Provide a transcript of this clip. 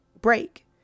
break